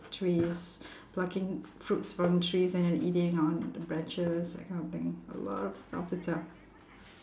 trees plucking fruits from trees and then eating on the branches that kind of thing a lot of stuff to tell